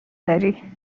داری